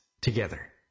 Together